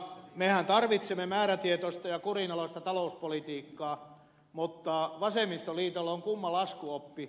mehän tarvitsemme määrätietoista ja kurinalaista talouspolitiikkaa mutta vasemmistoliitolla on kumma laskuoppi